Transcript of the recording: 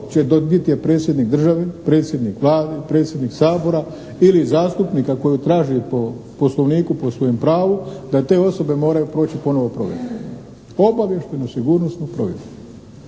će dobiti je predsjednik države, predsjednik Vlade, predsjednik Sabora ili zastupnika koju traži po Poslovniku, po svojem pravu, da te osobe moraju proći ponovo provjeru, obavještajno-sigurnosnu provjeru.